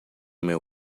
meu